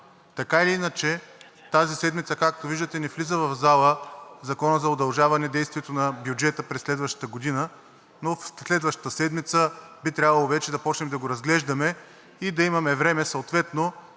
Така или иначе, тази седмица, както виждате, не влиза в залата Законът за удължаване на действието на бюджета през следващата година, но следващата седмица би трябвало вече да започнем да го разглеждаме и да имаме време съответно